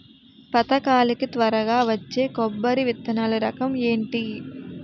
పథకాల కి త్వరగా వచ్చే కొబ్బరి విత్తనాలు రకం ఏంటి?